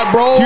Bro